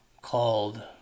called